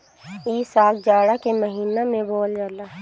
इ साग जाड़ा के महिना में बोअल जाला